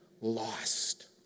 lost